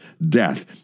death